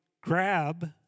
grab